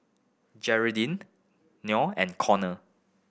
Geraldine Noe and Conor